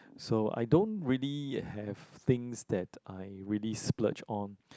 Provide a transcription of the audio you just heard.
so I don't really have things that I really splurge on